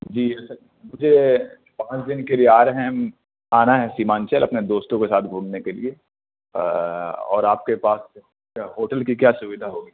جی مجھے پانچ دن کے لیے آ رہے ہیں ہم آنا ہے سیمانچل اپنے دوستوں کے ساتھ گھومنے کے لیے اور آپ کے پاس سے ہوٹل کی کیا سویدھا ہوگی